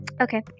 okay